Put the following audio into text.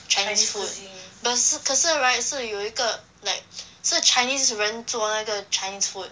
chinese food but 是可是 right 可是有一个 like 是 chinese 人做那个 chinese food